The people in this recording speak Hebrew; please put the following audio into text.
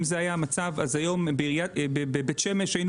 אם זה היה המצב אז היום בבית שמש היינו